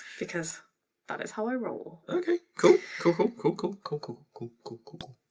because that is how i roll. okay, cool. cool cool, cool cool, cool cool, cool cool, cool